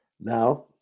Now